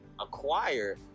acquire